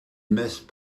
missed